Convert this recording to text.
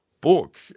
book